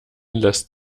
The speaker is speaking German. lässt